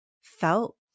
felt